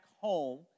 home